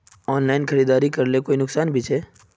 Online खरीदारी करले कोई नुकसान भी छे?